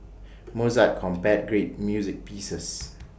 Mozart composed great music pieces